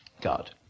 God